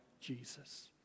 Jesus